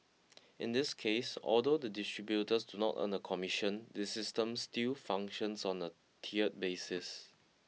in this case although the distributors do not earn a commission the system still functions on a tiered basis